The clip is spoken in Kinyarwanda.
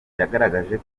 yagaragaje